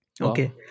Okay